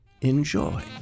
enjoy